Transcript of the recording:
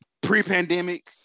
pre-pandemic